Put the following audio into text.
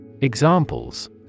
Examples